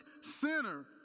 sinner